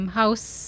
house